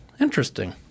Interesting